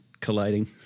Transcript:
colliding